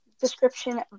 description